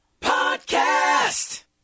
Podcast